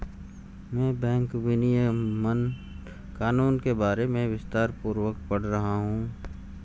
मैं बैंक विनियमन कानून के बारे में विस्तारपूर्वक पढ़ रहा हूं